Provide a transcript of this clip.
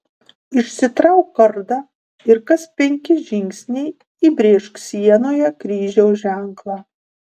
išsitrauk kardą ir kas penki žingsniai įbrėžk sienoje kryžiaus ženklą